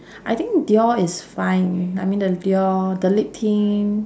I think dior is fine I mean the dior the lip tint